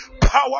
power